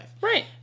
right